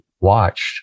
watched